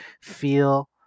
feel